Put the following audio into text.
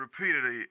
repeatedly